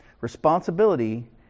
Responsibility